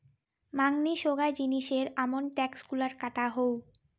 মাঙনি সোগায় জিনিসের আমন ট্যাক্স গুলা কাটা হউ